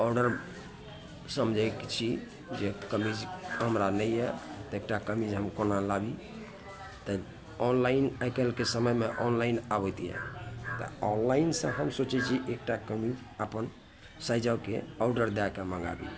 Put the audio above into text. order समझैक छी जे कमीज हमरा नहिये तऽ एकटा कमीज हम कोना लाबी तऽ ऑनलाइन आइ काल्हिके समयमे ऑनलाइन आबैत यऽ तऽ ऑनलाइनसँ हम सोचै छी एकटा कमीज अपन साइजके ऑर्डर दएके मँगाबी